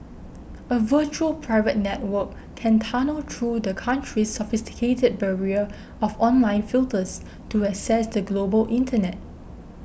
a virtual private network can tunnel through the country's sophisticated barrier of online filters to access the global Internet